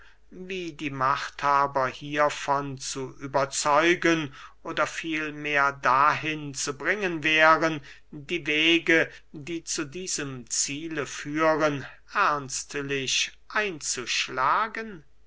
wie die machthaber hiervon zu überzeugen oder vielmehr dahin zu bringen wären die wege die zu diesem ziele führen ernstlich einzuschlagen